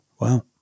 Wow